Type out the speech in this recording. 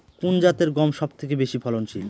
কোন জাতের গম সবথেকে বেশি ফলনশীল?